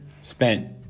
spent